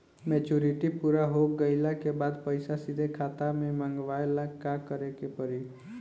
Maturity पूरा हो गइला के बाद पईसा सीधे खाता में मँगवाए ला का करे के पड़ी?